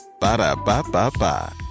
Ba-da-ba-ba-ba